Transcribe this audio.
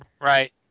Right